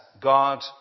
God